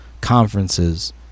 conferences